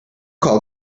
call